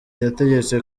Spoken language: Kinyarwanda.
yategetse